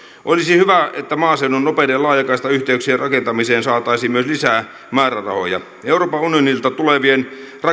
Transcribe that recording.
olisi hyvä että maaseudun nopeiden laajakaistayhteyksien rakentamiseen saataisiin myös lisää määrärahoja euroopan unionilta tulevien